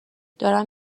دارم